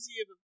easy